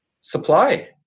supply